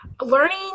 learning